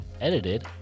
Edited